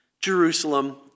Jerusalem